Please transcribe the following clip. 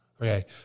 Okay